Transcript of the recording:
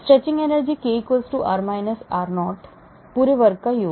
stretching energy k r r0 पूरे वर्ग का योग